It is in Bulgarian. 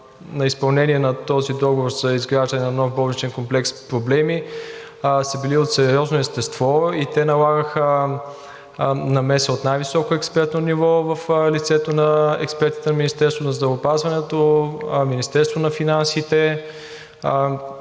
на изпълнение на този договор за изграждане на нов болничен комплекс проблеми са били от сериозно естество и налагаха намеса от най-високо експертно ниво в лицето на експертите на Министерството на здравеопазването, Министерството на финансите